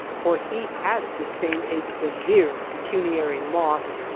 for he had sustained a severe pecuniary loss,